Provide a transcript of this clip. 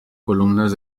columnas